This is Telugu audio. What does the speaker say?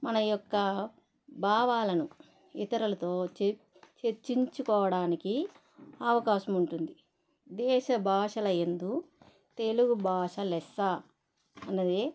మన యొక్క భావాలను ఇతరులతో చర్చి చర్చించుకోవడానికి అవకాశం ఉంటుంది దేశభాషల యందు తెలుగు భాష లెస్స అన్నది